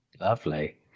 Lovely